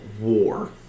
war